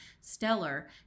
stellar